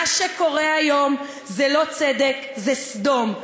מה שקורה היום זה לא צדק, זה סדום.